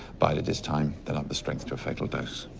bided his time. then upped the strength to a fatal dose.